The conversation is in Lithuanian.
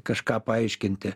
kažką paaiškinti